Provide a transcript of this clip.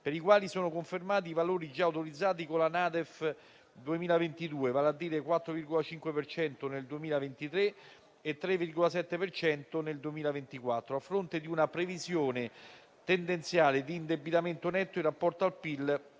per i quali sono confermati i valori già autorizzati con la NADEF 2022, vale a dire il 4,5 per cento nel 2023 e il 3,7 per cento nel 2024, a fronte di una previsione tendenziale di indebitamento netto in rapporto al PIL